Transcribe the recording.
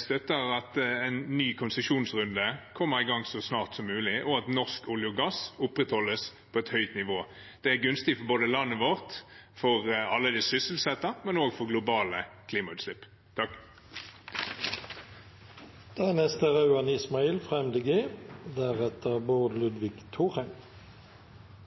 støtter at en ny konsesjonsrunde kommer i gang så snart som mulig, og at norsk olje og gass opprettholdes på et høyt nivå. Det er gunstig for landet vårt, for alle det sysselsetter, men også for globale klimautslipp.